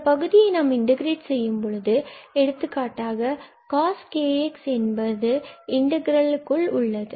இந்த பகுதியை நாம் இன்டகிரேட் செய்யும்பொழுது எடுத்துக்காட்டாக coskx என்பது இன்டகிரல் அதற்குள் உள்ளது